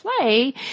play